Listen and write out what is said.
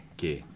Okay